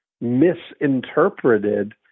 misinterpreted